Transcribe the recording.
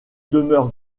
demeure